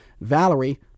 Valerie